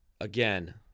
again